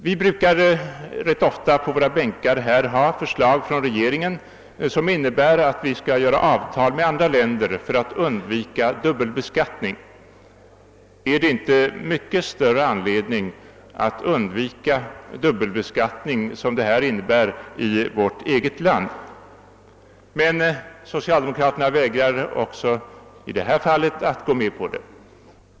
Vi brukar på våra bänkar ganska ofta få förslag från regeringen till slutande av avtal med andra länder för att undvika dubbelbeskattning. är det inte mycket större anledning att undvika en sådan dubbelbeskattning, som det nu aktuella förslaget innebär, i vårt eget land? Socialdemokraterna vägrar emellertid också i detta fall att gå med på våra krav.